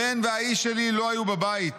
הבן והאיש שלי לא היו בבית,